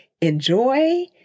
enjoy